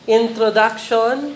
introduction